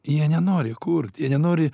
jie nenori kurti jie nenori